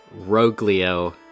Roglio